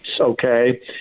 okay